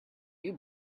you